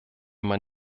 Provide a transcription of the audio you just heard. man